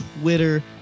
Twitter